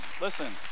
listen